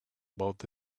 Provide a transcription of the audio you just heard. about